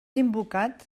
invocat